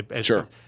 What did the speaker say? Sure